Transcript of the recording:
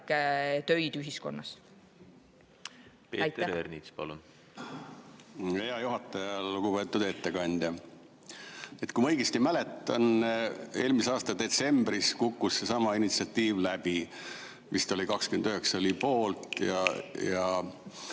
töid ühiskonnas. Peeter Ernits, palun! Hea juhataja! Lugupeetud ettekandja! Kui ma õigesti mäletan, siis eelmise aasta detsembris kukkus seesama initsiatiiv läbi, vist oli 29